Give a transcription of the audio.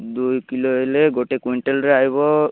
ଦୁଇ କିଲୋ ହେଲେ ଗୋଟେ କ୍ୱିଣ୍ଟାଲରେ ଆଇବ